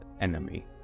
enemy